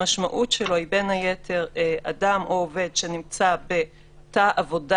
המשמעות שלו היא בין היתר אדם או עובד שנמצא בתא עבודה